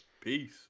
Peace